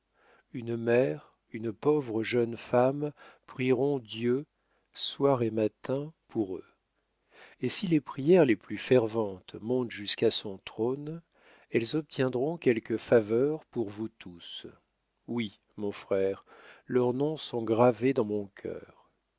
une mère une pauvre jeune femme prieront dieu soir et matin pour eux et si les prières les plus ferventes montent jusqu'à son trône elles obtiendront quelques faveurs pour vous tous oui mon frère leurs noms sont gravés dans mon cœur